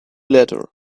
letter